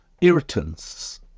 irritants